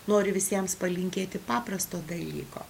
noriu visiems palinkėti paprasto dalyko